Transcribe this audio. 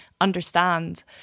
understand